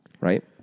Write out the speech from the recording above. right